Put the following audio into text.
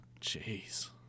Jeez